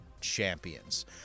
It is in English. champions